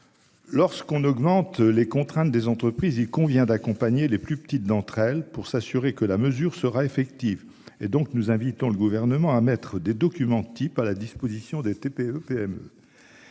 Lorsqu'on augmente les contraintes des entreprises, il convient d'accompagner les plus petites d'entre elles pour s'assurer que la mesure sera effective et donc, nous invitons le gouvernement à mettre des documents type à la disposition des TPE-PME.